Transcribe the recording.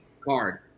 card